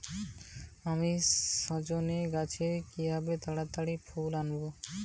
আমি সজনে গাছে কিভাবে তাড়াতাড়ি ফুল আনব?